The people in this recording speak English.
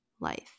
life